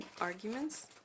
arguments